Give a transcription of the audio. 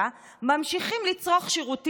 ממשיכים לצרוך שירותים בעיר,